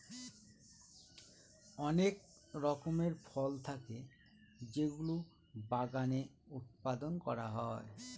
অনেক রকমের ফল থাকে যেগুলো বাগানে উৎপাদন করা হয়